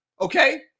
Okay